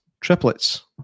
Triplets